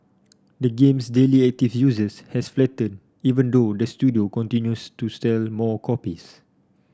the game's daily active users has flattened even though the studio continues to sell more copies